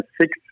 six